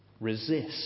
Resist